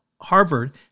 Harvard